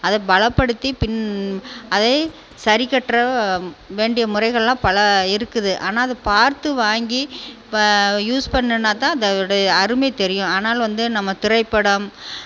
அதை பலப்படுத்தி பின் அதை சரிக்கட்டுற வேண்டிய முறைகளெலாம் பல இருக்குது ஆனால் அது பார்த்து வாங்கி இப்ப யூஸ் பண்ணுனால்தான் அதோடைய அருமை தெரியும் ஆனால் வந்து நம்ம திரைப்படம்